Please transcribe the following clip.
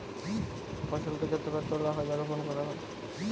ফসলের বাজারজাত বা মার্কেটিং করব কিভাবে?